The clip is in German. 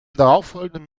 darauffolgenden